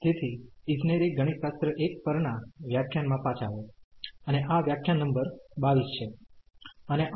તેથી ઈજનેરી ગણિતશાસ્ત્ર 1 પરના વ્યાખ્યાનમાં પાછા આવો અને આ વ્યાખ્યાન નંબર 22 છે